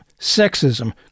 sexism